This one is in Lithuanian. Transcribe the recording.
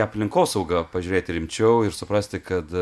aplinkosaugą pažiūrėti rimčiau ir suprasti kad